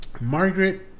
Margaret